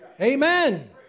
Amen